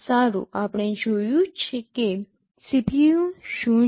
સારું આપણે જોયું કે CPU શું છે